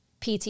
PT